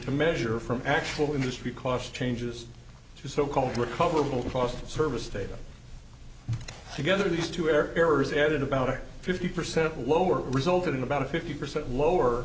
to measure from actual industry cost changes to so called recoverable cost of service data together these two air errors added about fifty percent lower resulted in about a fifty percent lower